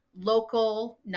local